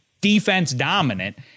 defense-dominant